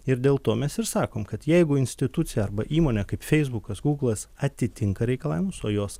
ir dėl to mes ir sakom kad jeigu institucija arba įmonė kaip feisbukas gūglas atitinka reikalavimus o jos